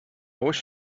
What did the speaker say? wish